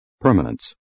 permanence